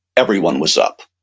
everyone was up.